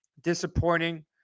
Disappointing